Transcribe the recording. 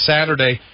Saturday